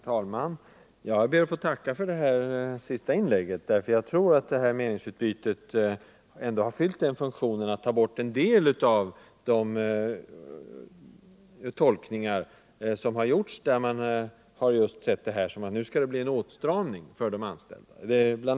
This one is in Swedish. Herr talman! Jag ber att få tacka för det senaste tillägget. Jag tror att det här meningsutbytet ändå har fyllt funktionen att ta bort en del av de tolkningar som har gjorts, där man har sett ändringen som en åtstramning för de anställda. Bl.